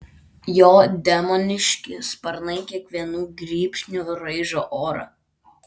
jo demoniški sparnai kiekvienu grybšniu raižo orą